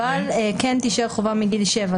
אבל כן תישאר חובה מגיל שבע.